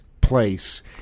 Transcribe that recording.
place